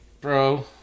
bro